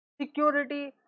security